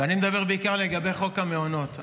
ואני מדבר בעיקר על חוק המעונות.